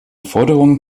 forderungen